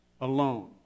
alone